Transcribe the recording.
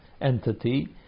entity